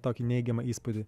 tokį neigiamą įspūdį